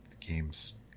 games